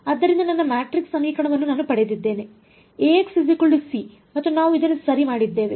ಆದ್ದರಿಂದ ನನ್ನ ಮ್ಯಾಟ್ರಿಕ್ಸ್ ಸಮೀಕರಣವನ್ನು ನಾನು ಪಡೆದಿದ್ದೇನೆ Axc ಮತ್ತು ನಾವು ಇದನ್ನು ಸರಿ ಮಾಡಿದ್ದೇವೆ